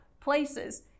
places